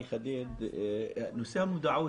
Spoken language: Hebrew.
נושא המודעות,